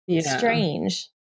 strange